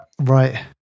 right